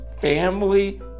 family